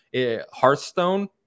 hearthstone